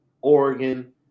Oregon